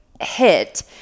hit